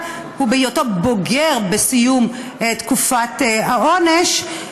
בהיותו בוגר בסיום תקופת העונש,